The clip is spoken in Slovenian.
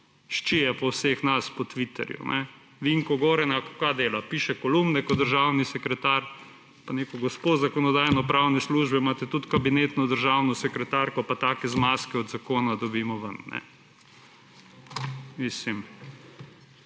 ščije po vseh nas po Twitterju? Vinko Gorenak ‒ kaj dela? Piše kolumne kot državni sekretar, pa neko gospo iz Zakonodajno-pravne službe imate, tudi kabinetno državno sekretarko, pa take zmazke od zakona dobimo ven. Mislim!